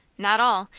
not all.